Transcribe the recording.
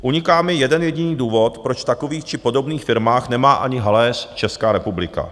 Uniká mi jeden jediný důvod, proč v takových či podobných firmách nemá ani haléř Česká republika.